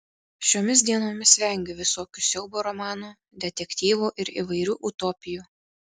šiomis dienomis vengiu visokių siaubo romanų detektyvų ir įvairių utopijų